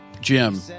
Jim